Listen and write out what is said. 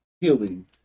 healing